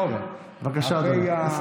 בבקשה, אדוני.